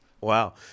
Wow